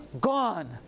gone